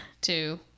two